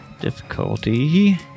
Difficulty